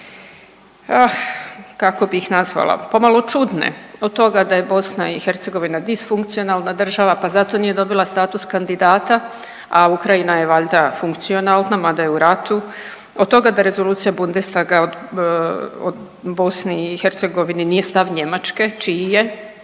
kako bi ih nazvala, pomalo čudne. Od toga da je BiH disfunkcionalna država pa zato nije dobila status kandidata, a Ukrajina je valjda funkcionalna mada je u ratu. Od toga da Rezolucija Bundestaga o BiH nije stav Njemačke. Čiji je